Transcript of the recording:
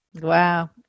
Wow